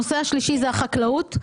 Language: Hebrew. הנושא השלישי הוא החקלאות.